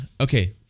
okay